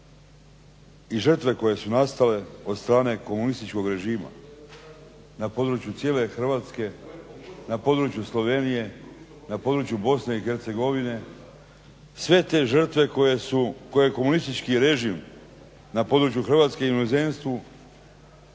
žrtve koje su nastale od strane komunističkog režima na području cijele Hrvatske, na području Slovenije, na području BiH sve te žrtve koje komunistički režim na području Hrvatska i u inozemstvu